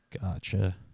gotcha